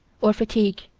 or fatigue.